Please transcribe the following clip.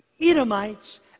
Edomites